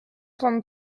trente